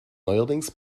neuerdings